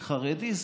חרדי,